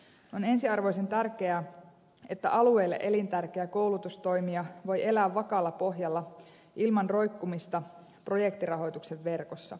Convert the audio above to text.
on ensiarvoisen tärkeää että alueelle elintärkeä koulutustoimija voi elää vakaalla pohjalla ilman roikkumista projektirahoituksen verkossa